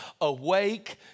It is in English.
Awake